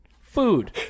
food